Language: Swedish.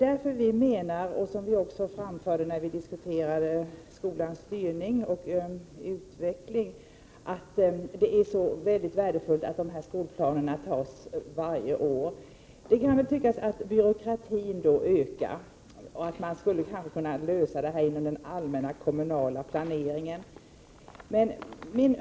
Därför framhöll vi vid diskussionen om skolans styrning och utveckling att det är värdefullt att skolplanerna upprättas och antas varje år. Då kan det tyckas att byråkratin ökar och att det hela skulle kunna lösas inom den allmänna kommunala planeringens ram.